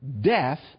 Death